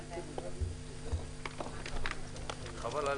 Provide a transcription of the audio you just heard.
הישיבה ננעלה בשעה 11:00.